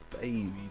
baby